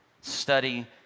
study